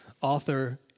author